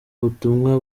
butumwa